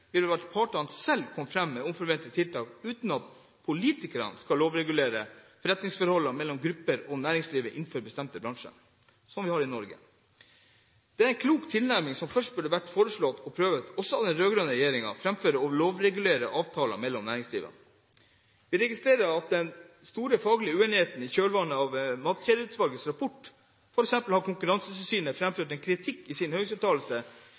vi har i Norge. Det er en klok tilnærming som først burde vært foreslått prøvet også av den rød-grønne regjeringen framfor å lovregulere avtaler mellom næringsdrivende. Vi registrerer den store faglige uenigheten i kjølvannet av Matkjedeutvalgets rapport. For eksempel har Konkurransetilsynet framført kritikk i sin høringsuttalelse